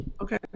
Okay